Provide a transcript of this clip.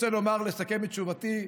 אני רוצה לומר ולסכם את תשובתי,